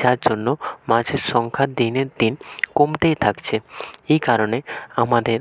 যার জন্য মাছের সংখ্যা দিনের দিন কমতেই থাকছে এই কারণে আমাদের